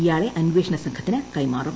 ഇയാളെ അന്വേഷണ സംഘത്തിന് കൈമാറും